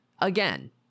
Again